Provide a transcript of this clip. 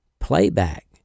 Playback